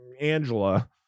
angela